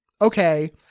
okay